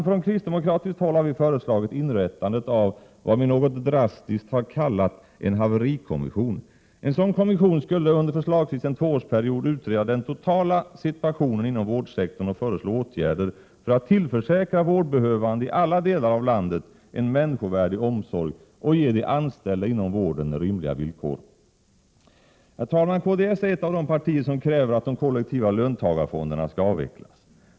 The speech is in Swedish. Från kristdemokratiskt håll har vi föreslagit inrättandet av, vad vi något drastiskt har kallat en haverikommission. En sådan kommission skulle under förslagsvis en tvåårsperiod utreda den totala situationen inom vårdsektorn och föreslå åtgärder för att tillförsäkra vårdbehövande i alla delar av landet en människovärdig omsorg och ge de anställda inom vården rimliga villkor. Herr talman! Kds är ett av de partier som kräver att de kollektiva löntagarfonderna skall avvecklas.